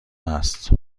است